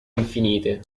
infinite